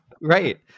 right